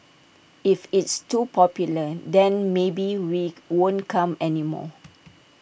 if it's too popular then maybe we won't come anymore